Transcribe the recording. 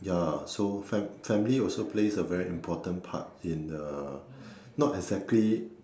ya so fam~ family also plays a very important part in uh not exactly